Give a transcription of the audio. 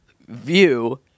view